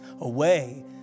away